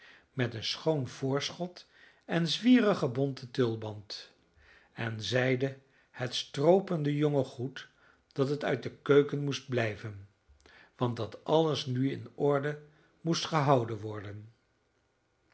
met een schoon voorschoot en zwierigen bonten tulband en zeide het stroopende jonge goed dat het uit de keuken moest blijven want dat alles nu in orde moest gehouden worden